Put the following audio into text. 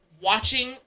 watching